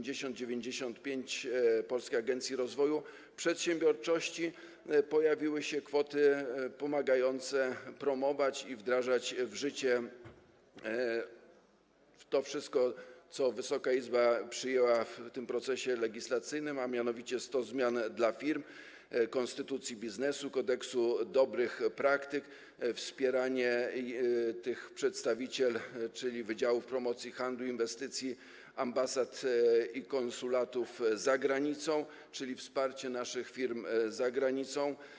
Pozostała działalność w wydatkach w przypadku Polskiej Agencji Rozwoju Przedsiębiorczości pojawiły się kwoty pomagające promować i wdrażać w życie to wszystko, co Wysoka Izba przyjęła w tym procesie legislacyjnym, a mianowicie 100 zmian dla firm, konstytucja biznesu, kodeks dobrych praktyk, wspieranie przedstawicielstw, wydziałów promocji handlu, inwestycji, ambasad i konsulatów za granicą, czyli wsparcie naszych firm za granicą.